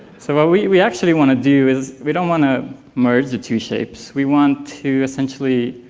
so what we we actually want to do is we don't want to merging the two shapes. we want to essentially,